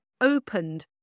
opened